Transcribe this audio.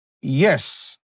Yes